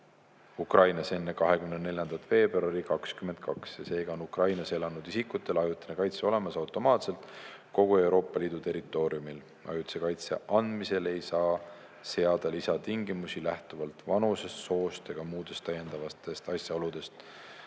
Ukrainas enne 24. veebruari 2022. Seega on Ukrainas elanud isikutele ajutine kaitse olemas automaatselt kogu Euroopa Liidu territooriumil. Ajutise kaitse andmisel ei saa seada lisatingimusi lähtuvalt vanusest, soost ega muudest täiendavatest asjaoludest.